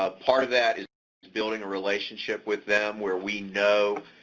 ah part of that is building a relationship with them where we know,